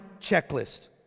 checklist